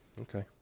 Okay